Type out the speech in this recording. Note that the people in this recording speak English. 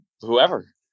Whoever